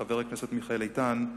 חבר הכנסת מיכאל איתן.